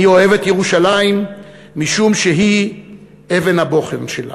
אני אוהב את ירושלים משום שהיא אבן הבוחן שלנו.